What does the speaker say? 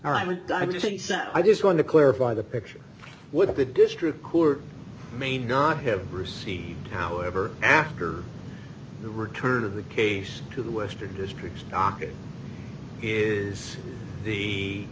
all right i just i just want to clarify the picture with the district court may not have received however after the return of the case to the western district docket is the